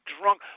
drunk